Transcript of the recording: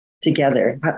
together